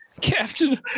Captain